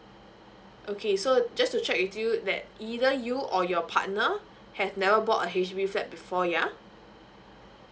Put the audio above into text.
okay so just to check with you that either you or your partner has never bought a H_D_B flat before yeah